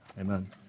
amen